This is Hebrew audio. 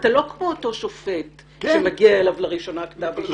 אתה לא כמו אותו שופט שמגיע אליו לראשונה כתב אישום.